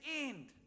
end